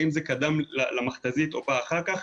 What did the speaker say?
האם זה קדם למכת"זית או בא אחר כך,